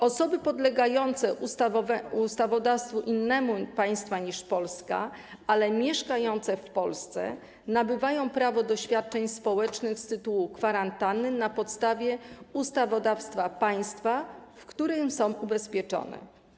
Osoby podlegające ustawodawstwu państwa innego niż Polska, ale mieszkające w Polsce, nabywają prawo do świadczeń społecznych z tytułu kwarantanny na podstawie ustawodawstwa państwa, w którym są ubezpieczone.